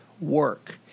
work